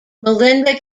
melinda